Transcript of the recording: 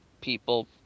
people